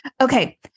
Okay